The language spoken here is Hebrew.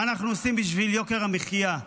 מה אנחנו עושים בשביל יוקר המחיה?